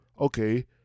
okay